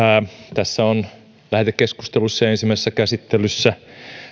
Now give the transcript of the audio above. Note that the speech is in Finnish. lähetekeskustelussa ja ensimmäisessä käsittelyssä on